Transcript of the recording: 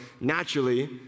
naturally